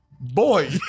Boy